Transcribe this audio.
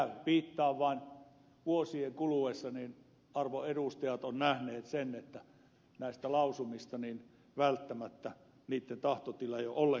viittaan vaan siihen että vuosien kuluessa arvon edustajat ovat nähneet sen että näiden lausumien tahtotilaa ei ole ollenkaan noudatettu